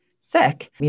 sick